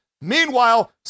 Meanwhile